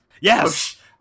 Yes